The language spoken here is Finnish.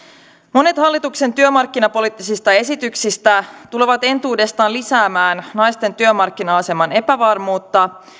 monet hallituksen työmarkkinapoliittisista esityksistä tulevat entuudestaan lisäämään naisten työmarkkina aseman epävarmuutta